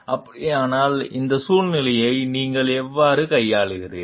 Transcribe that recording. அப்படியானால் இந்த சூழ்நிலையை நீங்கள் எவ்வாறு கையாளுகிறீர்கள்